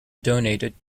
donated